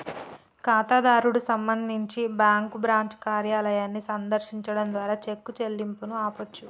ఖాతాదారుడు సంబంధించి bank branch కార్యాలయాన్ని సందర్శించడం ద్వారా చెక్ చెల్లింపును ఆపొచ్చు